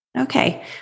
Okay